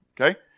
Okay